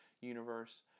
universe